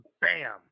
bam